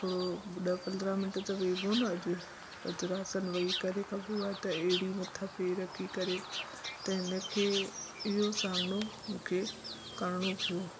थोरो ॾ पंद्रहं मिन्ट त वेबो न अॼु वज्रासन वेही करे आहे त अहिड़ी मथां पेर रखी करे त इन खे इहो सामिनो मूंखे करिणो पियो